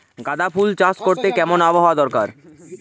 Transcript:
গাঁদাফুল চাষ করতে কেমন আবহাওয়া দরকার?